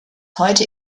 heute